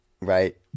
right